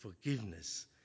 forgiveness